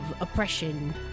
oppression